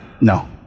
No